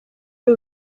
ari